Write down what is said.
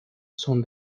son